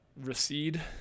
recede